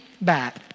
back